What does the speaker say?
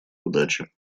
удачи